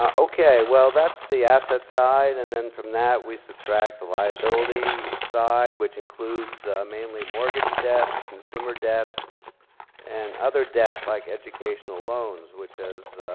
um okay, well that's the assets sides, and then from that we subtract the liabilities side, which include so mainly mortgage debt. consumer debt and other debt like educational loans, which has